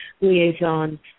liaison